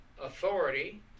authority